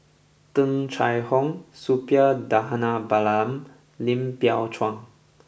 Tung Chye Hong Suppiah Dhanabalan and Lim Biow Chuan